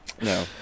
No